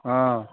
हँ